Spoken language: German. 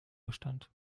bestand